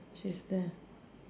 she's there